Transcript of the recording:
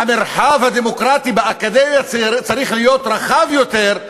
המרחב הדמוקרטי באקדמיה צריך להיות רחב יותר,